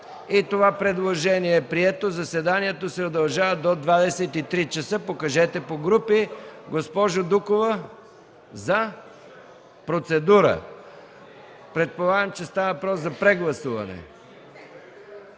И това предложение е прието. Заседанието се удължава до 23,00 ч. Госпожо Дукова – за процедура. Предполагам, че става въпрос за прегласуване?